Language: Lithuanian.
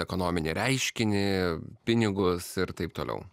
ekonominį reiškinį pinigus ir taip toliau